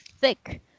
thick